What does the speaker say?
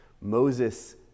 Moses